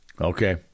Okay